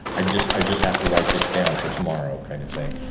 i've just, i just have to write this down for tomorrow kind of thing.